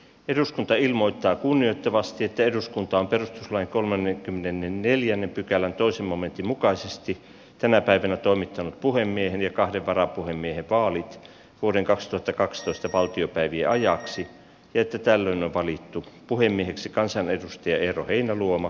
eduskunta ilmoittaa kunnioittavasti että eduskunta on perustuslain kolmannen kymmenennen neljännen pykälän toisen momentin mukaisesti tänä päivänä toimittanut puhemiehen ja kahden varapuhemiehen vaalit vuoden kaksituhattakaksitoista valtiopäivien ajaksi että tällöin valittu puhemieheksi kansanedustaja eero heinäluoma